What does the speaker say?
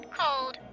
cold